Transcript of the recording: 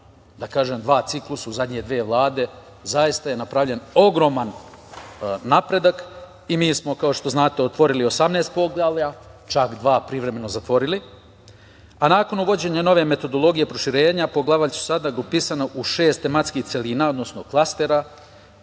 da kažem, dva ciklusa, u zadnje dve vlade, zaista je napravljen ogroman napredak. Mi smo, kao što znate, otvorili 18 poglavlja, čak dva privremeno zatvorili. A nakon uvođenja nove metodologije proširenja poglavlja su sada grupisana u šest tematskih celina, odnosno klastera,